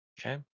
Okay